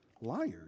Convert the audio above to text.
Liars